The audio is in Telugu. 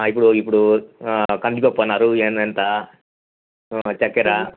ఇప్పుడు ఇప్పుడు కందిపప్పు అన్నారు ఎం ఎంతెంత చక్కెర